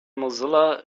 mozilla